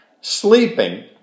sleeping